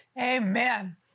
Amen